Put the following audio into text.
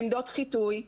עמדות חיטוי,